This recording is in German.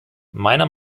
meiner